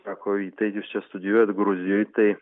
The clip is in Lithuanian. sako tai jūs čia studijuojat gruzijoj tai